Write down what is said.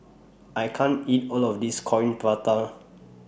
I can't eat All of This Coin Prata